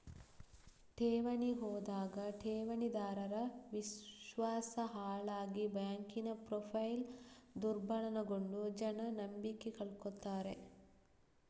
ಠೇವಣಿ ಹೋದಾಗ ಠೇವಣಿದಾರರ ವಿಶ್ವಾಸ ಹಾಳಾಗಿ ಬ್ಯಾಂಕಿನ ಪ್ರೊಫೈಲು ದುರ್ಬಲಗೊಂಡು ಜನ ನಂಬಿಕೆ ಕಳ್ಕೊತಾರೆ